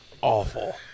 Awful